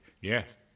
Yes